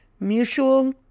Mutual